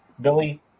Billy